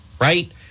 right